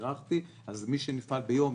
אז מי שאחר ביום,